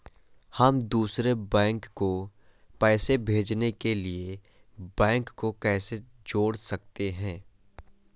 हम दूसरे बैंक को पैसे भेजने के लिए बैंक को कैसे जोड़ सकते हैं?